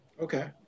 Okay